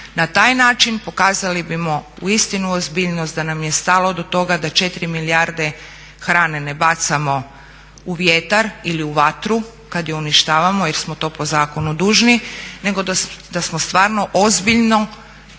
Na taj način pokazali bimo uistinu ozbiljnost da nam je stalo do toga da 4 milijarde hrane ne bacamo u vjetar ili u vatru kad je uništavamo jer smo to po zakonu dužni, nego da smo stvarno ozbiljno